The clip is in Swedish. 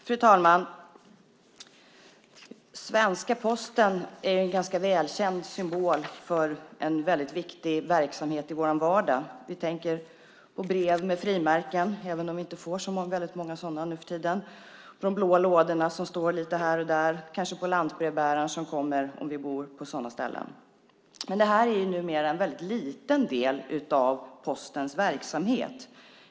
Fru talman! Svenska Posten är en ganska välkänd symbol för en viktig verksamhet i vår vardag. Vi tänker på brev med frimärken - även om vi inte får så många sådana nu för tiden - på de blå lådorna som står lite här och där och kanske på lantbrevbäraren som kommer om vi bor på sådana ställen. Det är numera en väldigt liten del av Postens verksamhet.